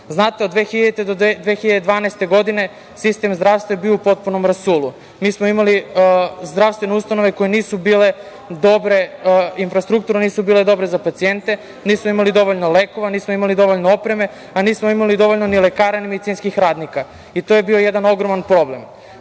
Znate, od 2000. godine do 2012. godine sistem zdravstva je bio u potpunom rasulu. Mi smo imali zdravstvene ustanove koje nisu bile dobre, infrastrukturno nisu bile dobre za pacijente, nismo imali dovoljno lekova, nismo imali dovoljno opreme, a nismo imali dovoljno ni lekara ni medicinskih radnika i to je bio jedan ogroman problem. Od